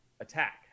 attack